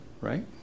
right